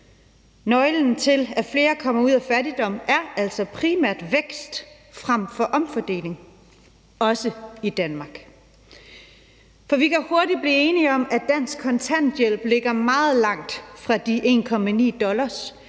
Nøglen til, at flere kommer ud af fattigdom, er altså primært vækst frem for omfordeling – også i Danmark. Vi kan hurtigt blive enige om, at dansk kontanthjælp ligger meget langt fra de 1,9 dollars